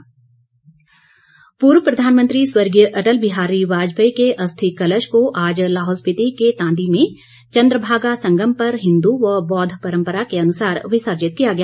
अस्थि कलश पूर्व प्रधानमंत्री स्वर्गीय अटल बिहारी वाजपेयी के अस्थि कलश को आज लाहौल स्पीति के तांदी में चंद्रभागा संगम पर हिन्दू व बौद्ध परम्परा के अनुसार विसर्जित किया गया